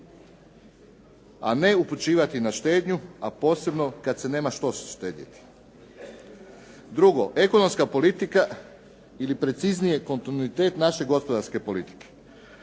a ne upućivati na štednju, a posebno kad se nema što štedjeti. Drugo, ekonomska politika ili preciznije kontinuitet naše gospodarske politike.